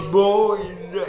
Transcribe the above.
boys